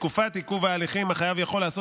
בתקופת עיכוב ההליכים החייב יכול לעשות